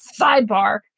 Sidebar